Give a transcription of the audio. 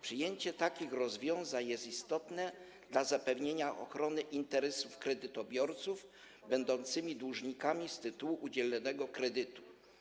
Przyjęcie takich rozwiązań jest istotne dla zapewnienia ochrony interesów kredytobiorców będących dłużnikami z tytułu udzielonego kredytu.